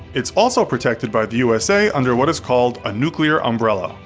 it's also protected by the usa under what is called a nuclear umbrella.